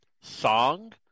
song